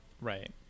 Right